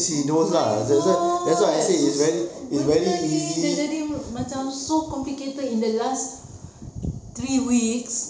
oh my god susah benda ini sudah jadi so complicated in the last three weeks